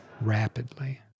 Rapidly